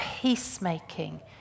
peacemaking